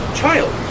child